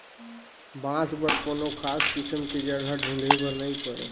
बांस बर कोनो खास किसम के जघा ढूंढे बर नई पड़े